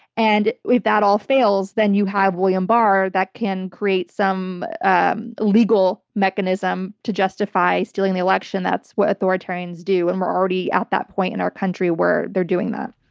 and that all fails, then you have william barr that can create some and legal mechanism to justify stealing the election. that's what authoritarians do. and we're already at that point in our country where they're doing that.